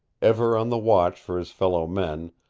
ever on the watch for his fellow men,